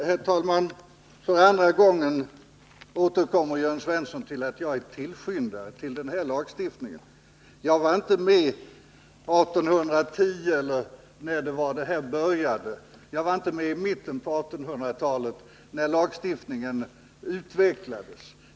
Herr talman! För andra gången återkommer Jörn Svensson till påståendet att jag är tillskyndare till den här lagstiftningen. Jag var inte med 1810 eller när det var som det hela började. Jag var inte med i mitten på 1800-talet när lagstiftningen utvecklades.